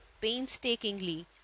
painstakingly